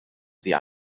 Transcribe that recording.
sie